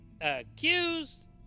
accused